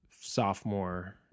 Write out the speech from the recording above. sophomore